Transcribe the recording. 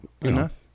enough